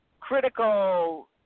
critical